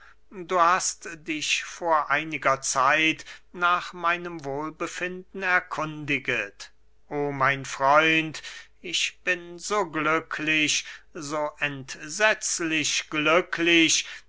du hast dich vor einiger zeit nach meinem wohlbefinden erkundigst o mein freund ich bin so glücklich so entsetzlich glücklich